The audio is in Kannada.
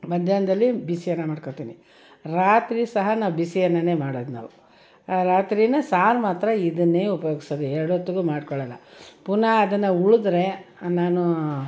ಮಧ್ಯಾಹ್ನದಲ್ಲಿ ಬಿಸಿಯನ್ನು ಮಾಡ್ಕೊಳ್ತೀನಿ ರಾತ್ರಿ ಸಹ ನಾವು ಬಿಸಿ ಅನ್ನನೇ ಮಾಡೋದು ನಾವು ರಾತ್ರಿಯೂ ಸಾರು ಮಾತ್ರ ಇದನ್ನೇ ಉಪ್ಯೋಗ್ಸೋದು ಎರಡು ಹೊತ್ತಿಗೂ ಮಾಡ್ಕೊಳ್ಳೋಲ್ಲ ಪುನಃ ಅದನ್ನು ಉಳಿದರೆ ನಾನೂ